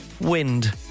wind